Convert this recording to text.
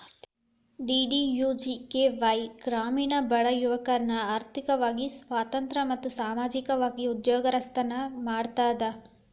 DDUGKY ಗ್ರಾಮೇಣ ಬಡ ಯುವಕರ್ನ ಆರ್ಥಿಕವಾಗಿ ಸ್ವತಂತ್ರ ಮತ್ತು ಸಾಮಾಜಿಕವಾಗಿ ಉದ್ಯೋಗಸ್ತರನ್ನ ಮಾಡ್ತದ